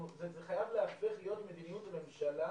זה חייב להפוך להיות מדיניות הממשלה.